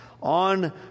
on